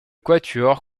quatuor